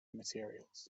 materials